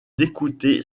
d’écouter